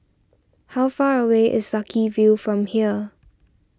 how far away is Sucky View from here